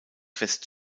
fest